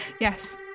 Yes